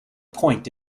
point